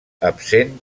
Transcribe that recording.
absent